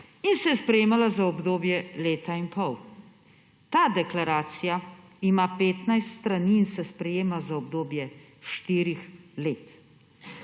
in se je sprejemala za obdobje leta in pol, ta deklaracija ima 15 strani in se sprejema za obdobje štirih let.